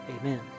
Amen